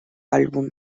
álbum